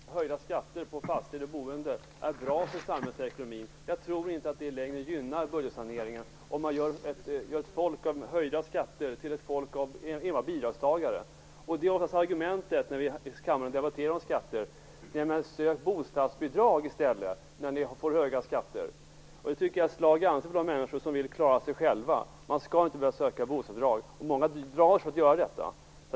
Herr talman! Jag tror inte att höjda skatter på fastigheter och boende är bra för samhällsekonomin. Jag tror inte att det i längden gynnar budgetsaneringen att göra ett folk med höjda skatter till ett folk av enbart bidragstagare. Argumentet som hörts i kammaren när skatterna debatterats har varit: Sök bostadsbidrag i stället när skatterna höjs! Det tycker jag är ett slag i ansiktet på de människor som vill klara sig själva. Man skall inte behöva söka bostadsbidrag, och många drar sig också för det.